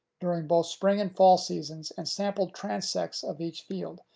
during both spring and fall seasons and sampled transects of each field,